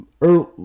early